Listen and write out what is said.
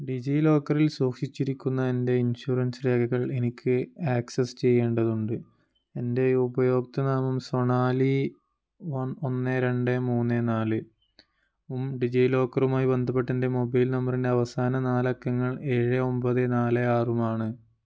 ഡിജിലോക്കറിൽ സൂക്ഷിച്ചിരിക്കുന്ന എൻ്റെ ഇൻഷുറൻസ് രേഖകൾ എനിക്ക് ആക്സസ് ചെയ്യേണ്ടതുണ്ട് എൻ്റെ ഉപയോക്തൃനാമം സൊണാലി വൺ ഒന്ന് രണ്ട് മൂന്ന് നാലും ഡിജിലോക്കറുമായി ബന്ധപ്പെട്ട എൻ്റെ മൊബൈൽ നമ്പറിൻ്റെ അവസാന നാലക്കങ്ങൾ ഏഴ് ഒമ്പത് നാല് ആറുമാണ്